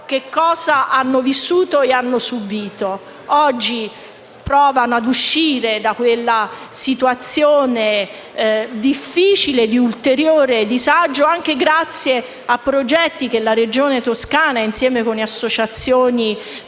cosa hanno vissuto e subito. Oggi, provano a uscire da quella situazione difficile di ulteriore disagio, anche grazie a progetti che la Regione Toscana, insieme ad alcune associazioni